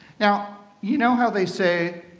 now, you know how they say,